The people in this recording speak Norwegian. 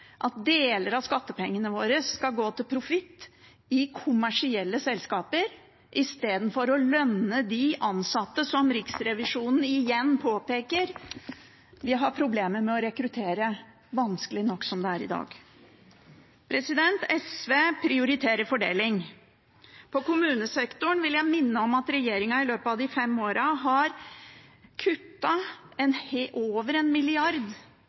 at deler av skattepengene våre skal gå til profitt i kommersielle selskaper istedenfor å lønne de ansatte som Riksrevisjonen igjen påpeker vi har problemer med å rekruttere – det er vanskelig nok som det er i dag. SV prioriterer fordeling. På kommunesektoren vil jeg minne om at regjeringen i løpet av de fem årene har kuttet over